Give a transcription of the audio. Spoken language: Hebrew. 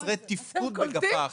חסרי תפקוד בגפה אחת.